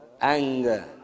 anger